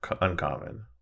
uncommon